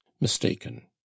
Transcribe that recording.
mistaken